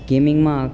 ગેમિંગમાં